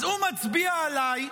אז הוא מצביע עליי,